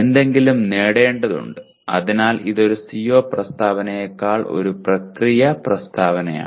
എന്തെങ്കിലും നേടേണ്ടതുണ്ട് അതിനാൽ ഇത് ഒരു CO പ്രസ്താവനയേക്കാൾ ഒരു പ്രക്രിയ പ്രസ്താവനയാണ്